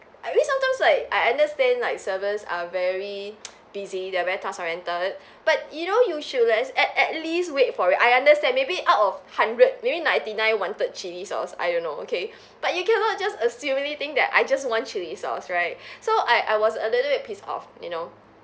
sometimes like I understand like servers are very busy they are very task oriented but you know you should like at at least wait for it I understand maybe out of hundred maybe ninety nine wanted chilli sauce I don't know okay but you cannot just assuming think that I just want chilli sauce right so I I was a little bit pissed off you know